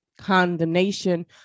condemnation